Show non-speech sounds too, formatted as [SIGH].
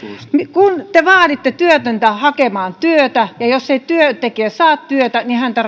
te vaaditte työtöntä hakemaan työtä ja jos työntekijä ei saa työtä niin häntä [UNINTELLIGIBLE]